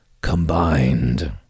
combined